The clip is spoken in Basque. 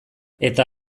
eta